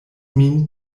min